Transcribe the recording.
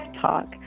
talk